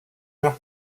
mère